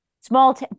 small